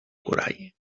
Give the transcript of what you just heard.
corall